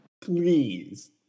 Please